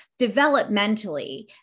developmentally